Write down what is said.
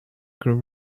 group